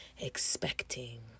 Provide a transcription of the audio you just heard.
expecting